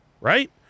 right